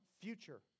future